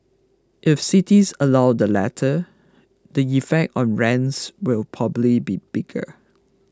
if cities allow the latter the effect on rents will probably be bigger